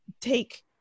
take